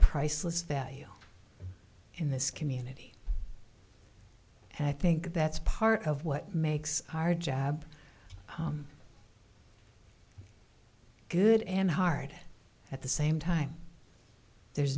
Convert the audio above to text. priceless value in this community and i think that's part of what makes our job good and hard at the same time there's